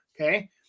Okay